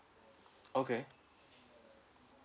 okay